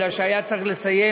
כי היה צריך לסיים